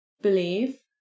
believe